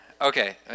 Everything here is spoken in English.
Okay